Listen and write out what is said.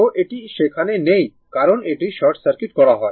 তো এটি সেখানে নেই কারণ এটি শর্ট সার্কিট করা হয়